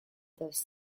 these